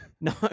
No